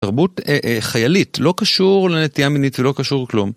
תרבות חיילית לא קשור לנטייה מינית ולא קשור כלום.